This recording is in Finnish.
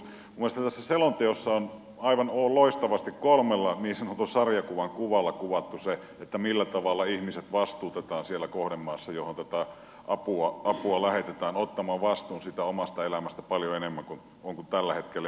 minun mielestäni tässä selonteossa on aivan loistavasti kolmella niin sanotun sarjakuvan kuvalla kuvattu se millä tavalla ihmiset vastuutetaan siellä kohdemaassa johon tätä apua lähetetään ottamaan vastuu siitä omasta elämästä paljon enemmän kuin tällä hetkellä